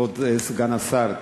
כבוד סגן השר,